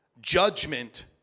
Judgment